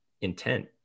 Intent